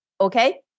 Okay